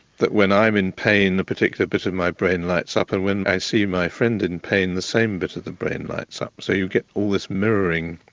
that when i am in pain the particular bit of my brain lights up and when i see my friend in pain the same bit of the brain lights up. so you get all this mirroring.